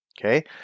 okay